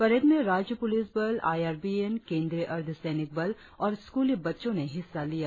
parade में राज्य police बल आईआरबीएन केंद्रीय अर्धसैनिक बल और स्कूली बच्चों ने हिस्सा लिया